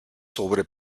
sobre